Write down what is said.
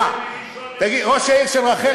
שנגיד שיש להם פחות?